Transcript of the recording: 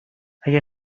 اگه